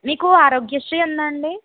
మీకు ఆరోగ్యశ్రీ ఉందా అండీ